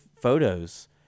photos